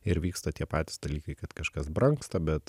ir vyksta tie patys dalykai kad kažkas brangsta bet